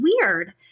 weird